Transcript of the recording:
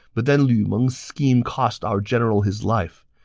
but then lu meng's scheme cost our general his life.